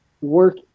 work